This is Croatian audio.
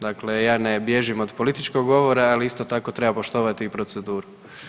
Dakle, ja ne bježim od političkog govora, ali isto tako, treba poštovati i proceduru.